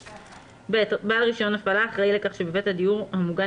(ב) בעל רישיון הפעלה אחראי לכך שבבית הדיור המוגן